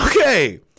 Okay